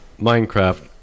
minecraft